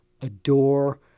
adore